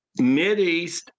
Mideast